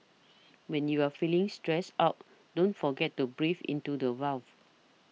when you are feeling stressed out don't forget to breathe into the void